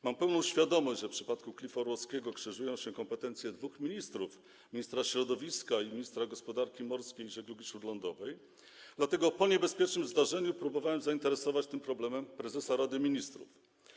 Mam pełną świadomość, że w przypadku Klifu Orłowskiego krzyżują się kompetencje dwóch ministrów: ministra środowiska oraz ministra gospodarki morskiej i żeglugi śródlądowej, dlatego po niebezpiecznym zdarzeniu próbowałem zainteresować tym problemem prezesa Rady Ministrów.